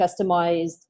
customized